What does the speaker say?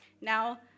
now